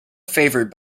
favoured